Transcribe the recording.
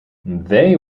they